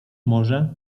może